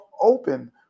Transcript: open